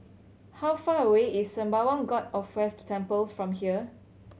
how far away is Sembawang God of Wealth Temple from here